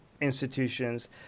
institutions